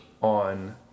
on